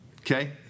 Okay